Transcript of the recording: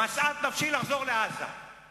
משאת נפשי לחזור לעזה,